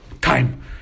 time